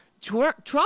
Trump